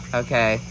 okay